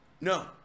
No